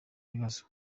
bibazo